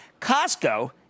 Costco